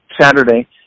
Saturday